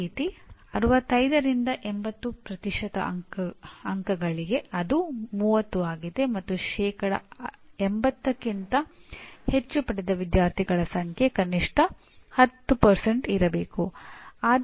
ಅದೇ ರೀತಿ 65 ರಿಂದ 80 ಅಂಕಗಳಿಗೆ ಅದು 30 ಆಗಿದೆ ಮತ್ತು ಶೇಕಡಾ 80 ಕ್ಕಿಂತ ಹೆಚ್ಚು ಪಡೆದ ವಿದ್ಯಾರ್ಥಿಗಳ ಸಂಖ್ಯೆ ಕನಿಷ್ಠ 10 ಇರಬೇಕು